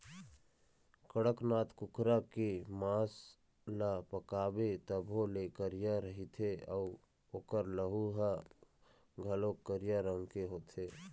कड़कनाथ कुकरा के मांस ल पकाबे तभो ले करिया रहिथे अउ ओखर लहू ह घलोक करिया रंग के होथे